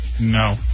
No